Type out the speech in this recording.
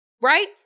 right